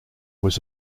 was